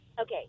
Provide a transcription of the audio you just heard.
Okay